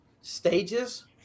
stages